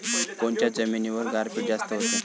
कोनच्या जमिनीवर गारपीट जास्त व्हते?